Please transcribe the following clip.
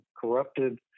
corrupted